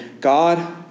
God